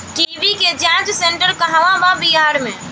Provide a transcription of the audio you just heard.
मिटी के जाच सेन्टर कहवा बा बिहार में?